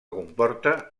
comporta